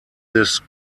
des